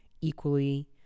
equally